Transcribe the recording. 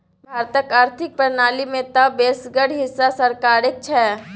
भारतक आर्थिक प्रणाली मे तँ बेसगर हिस्सा सरकारेक छै